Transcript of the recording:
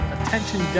Attention